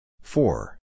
Four